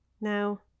now